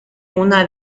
una